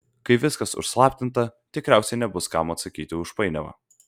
kai viskas užslaptinta tikriausiai nebus kam atsakyti už painiavą